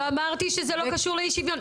לא אמרתי שזה לא קשור לאי שוויון,